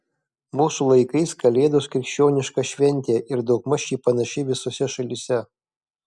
mūsų laikais kalėdos krikščioniška šventė ir daugmaž ji panaši visose šalyse